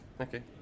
Okay